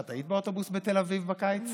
את היית באוטובוס בתל אביב בקיץ?